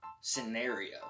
scenario